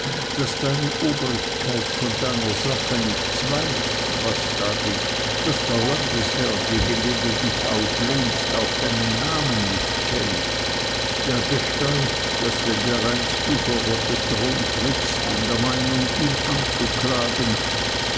daß deine obrigkeit von deiner sache nichts weiß was sag ich daß der landesherr gegen den du dich auflehnst auch deinen namen nicht kennt dergestalt daß wenn dereinst du vor gottes thron trittst in der meinung ihn anzuklagen